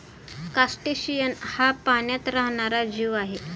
crustacean हा पाण्यात राहणारा जीव आहे